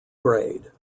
grade